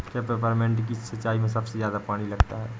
क्या पेपरमिंट की सिंचाई में सबसे ज्यादा पानी लगता है?